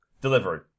delivery